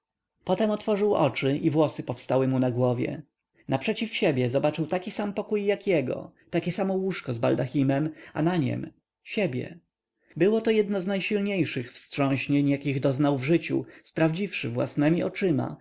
wtem otworzył oczy i włosy powstały mu na głowie naprzeciw siebie zobaczył taki sam pokój jak jego takie samo łóżko z baldachimem a na niem siebie byłoto jedno z najsilniejszych wstrząśnień jakich doznał w życiu sprawdziwszy własnemi oczyma